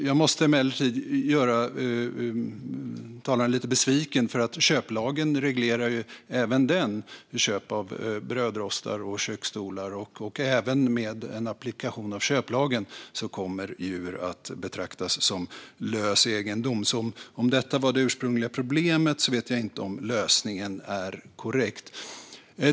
Jag måste emellertid göra talaren lite besviken, för köplagen reglerar ju även den köp av brödrostar och köksstolar, och även med en applikation av köplagen kommer djur att betraktas som lös egendom. Om detta var det ursprungliga problemet vet jag inte om lösningen är korrekt.